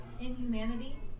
inhumanity